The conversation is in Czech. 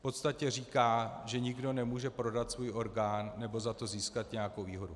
V podstatě říká, že nikdo nemůže prodat svůj orgán nebo za to získat nějakou výhodu.